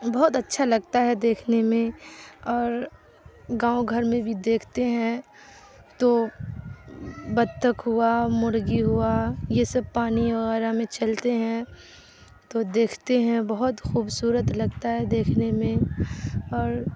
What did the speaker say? بہت اچھا لگتا ہے دیکھنے میں اور گاؤں گھر میں بھی دیکھتے ہیں تو بطخ ہوا مرغی ہوا یہ سب پانی وغیرہ میں چلتے ہیں تو دیکھتے ہیں بہت خوبصورت لگتا ہے دیکھنے میں اور